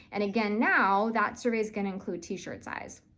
and again now, that survey's gonna include t-shirt size.